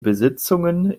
besitzungen